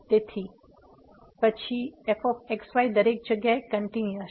તેથી પછી fx y દરેક જગ્યાએ કંટીન્યુઅસ છે